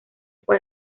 fue